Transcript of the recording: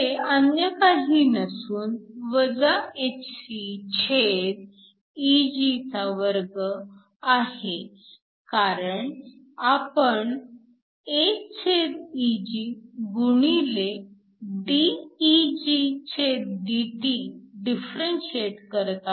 ते अन्य काही नसून hcEg2 आहे कारण आपण 1Eg xdEgdT डिफरंशिएट करत आहोत